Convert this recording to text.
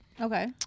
Okay